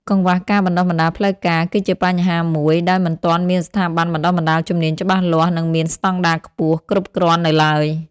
កង្វះការបណ្តុះបណ្តាលផ្លូវការ គឺជាបញ្ហាមួយ ដោយមិនទាន់មានស្ថាប័នបណ្តុះបណ្តាលជំនាញច្បាស់លាស់ និងមានស្តង់ដារខ្ពស់គ្រប់គ្រាន់នៅឡើយ។